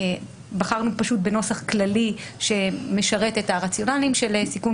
בחרנו בנוסח כללי שמשרת את הרציונלים של סיכון